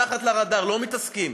מתחת לרדאר, לא מתעסקים.